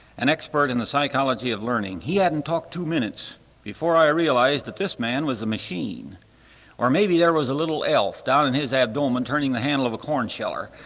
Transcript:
an expert in the psychology of learning, he hadn't talked two minutes before i realized that this man was a machine or maybe there was a little elf down in his abdomen turning the handle of a corn sheller.